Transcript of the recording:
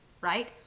right